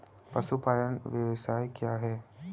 पशुपालन व्यवसाय क्या है?